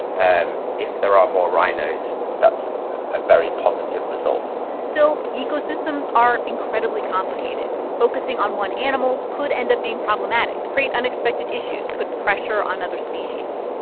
um if there are more rhinos, that's a very positive result still, ecosystems are incredibly complicated. focusing on one animal could end up being problematic, create unexpected issues, put pressure on other species.